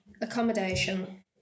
accommodation